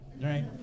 right